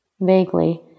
Vaguely